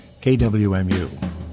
KWMU